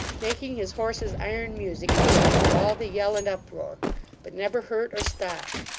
making his horse's iron music heard through all the yell and uproar but never hurt or stopped.